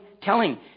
telling